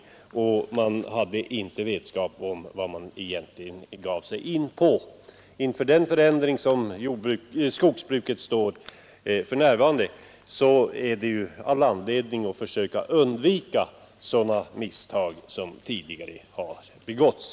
Man hade inte vetskap om vad man egentligen gav sig in på. Inför den förändring som skogsbruket nu upplever finns ju all anledning att försöka undvika sådana misstag som tidigare har begåtts.